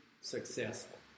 successful